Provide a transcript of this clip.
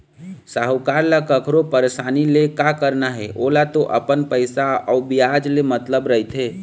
साहूकार ल कखरो परसानी ले का करना हे ओला तो अपन पइसा अउ बियाज ले मतलब रहिथे